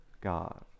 God